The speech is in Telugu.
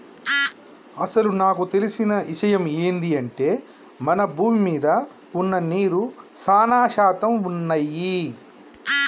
అసలు నాకు తెలిసిన ఇషయమ్ ఏంది అంటే మన భూమి మీద వున్న నీరు సానా శాతం వున్నయ్యి